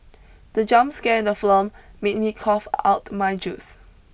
the jump scare in the film made me cough out my juice